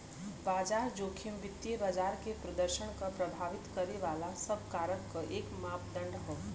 बाजार जोखिम वित्तीय बाजार के प्रदर्शन क प्रभावित करे वाले सब कारक क एक मापदण्ड हौ